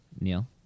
Neil